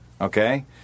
okay